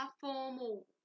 formal